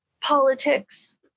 politics